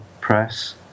press